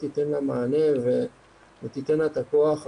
לתפקד איתה כפי שהראו גם הנתונים של אמנון.